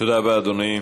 תודה רבה, אדוני.